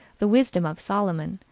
the wisdom of solomon,